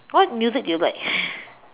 what music do you like